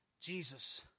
Jesus